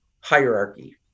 hierarchy